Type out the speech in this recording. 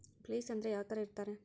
Place ಅಂದ್ರೆ ಯಾವ್ತರ ಇರ್ತಾರೆ?